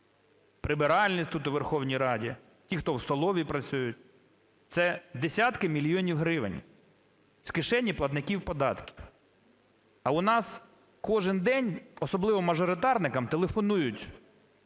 прибиральниць тут, у Верховній Раді, ті, хто в столовій працюють, - це десятки мільйонів гривень з кишені платників податків. А у нас кожен день, особливо мажоритарникам, телефонують